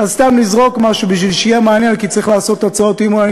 אז סתם לזרוק משהו בשביל שיהיה מעניין כי צריך לעשות הצעות אי-אמון.